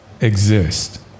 exist